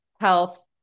health